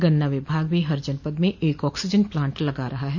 गन्ना विभाग भी हर जनपद में एक ऑक्सीजन प्लांट लगा रहा है